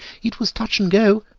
it was touch and go!